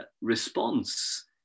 response